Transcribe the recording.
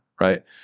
Right